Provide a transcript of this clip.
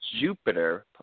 Jupiter